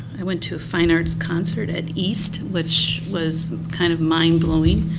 i want to a fine arts concert at east, which was kind of mind blowing.